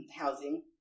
housing